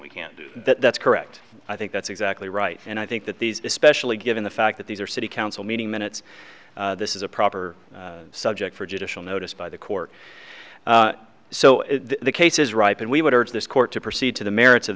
that that's correct i think that's exactly right and i think that these especially given the fact that these are city council meeting minutes this is a proper subject for judicial notice by the court so the case is ripe and we would urge this court to proceed to the merits of